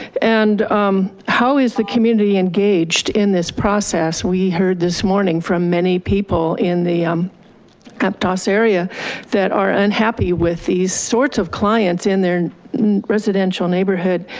and um how is the community engaged in this process? we heard this morning from many people in the um aptos area that are unhappy with these sorts of clients in their residential neighborhood.